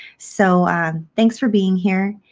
so thanks for being here.